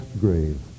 grave